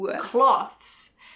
cloths